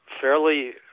fairly